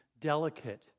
delicate